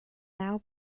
now